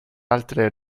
altre